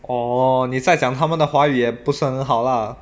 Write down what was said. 哦你在讲他们的华语也不是很好 lah